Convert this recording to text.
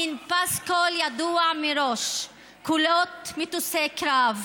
מין פסקול ידוע מראש: קולות מטוסי קרב,